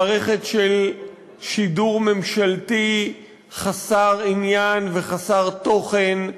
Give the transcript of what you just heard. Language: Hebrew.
מערכת של שידור ממשלתי חסר עניין וחסר תוכן,